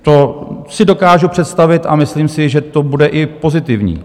To si dokážu představit a myslím si, že to bude i pozitivní.